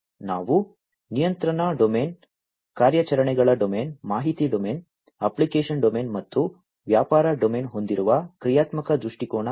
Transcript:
ನಾವು ನಿಯಂತ್ರಣ ಡೊಮೇನ್ ಕಾರ್ಯಾಚರಣೆಗಳ ಡೊಮೇನ್ ಮಾಹಿತಿ ಡೊಮೇನ್ ಅಪ್ಲಿಕೇಶನ್ ಡೊಮೇನ್ ಮತ್ತು ವ್ಯಾಪಾರ ಡೊಮೇನ್ ಹೊಂದಿರುವ ಕ್ರಿಯಾತ್ಮಕ ದೃಷ್ಟಿಕೋನ ಇದು